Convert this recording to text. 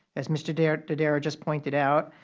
as mr. ah dodaro just pointed out,